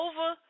over